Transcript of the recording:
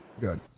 Good